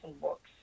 books